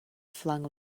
flung